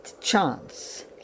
chance